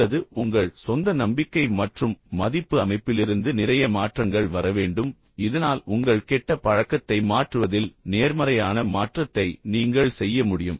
அல்லது உங்கள் சொந்த நம்பிக்கை மற்றும் மதிப்பு அமைப்பிலிருந்து நிறைய மாற்றங்கள் வர வேண்டும் இதனால் உங்கள் கெட்ட பழக்கத்தை மாற்றுவதில் நேர்மறையான மாற்றத்தை நீங்கள் செய்ய முடியும்